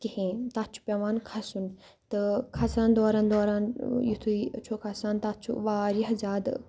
کِہیٖنۍ تَتھ چھُ پیٚوان کھَسُن تہٕ کھَسان دوران دوران یُتھُے چھُ کھَسان تَتھ چھُ واریاہ زیادٕ